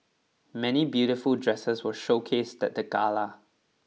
many beautiful dresses were showcased at the gala